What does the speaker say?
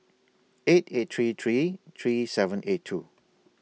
eight eight three three three seven eight two